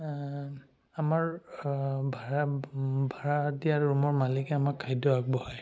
আমাৰ ভাড়া ভাড়া দিয়া ৰুমৰ মালিকে আমাক খাদ্য আগবঢ়ায়